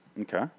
Okay